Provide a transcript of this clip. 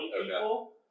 people